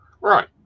right